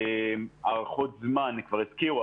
הארכות זמן כבר הזכירו.